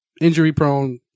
injury-prone